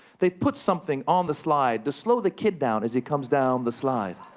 they put something on the slide to slow the kid down as he comes down the slide.